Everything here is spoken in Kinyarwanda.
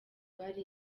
rwari